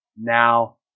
Now